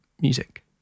music